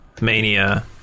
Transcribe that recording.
Mania